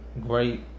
great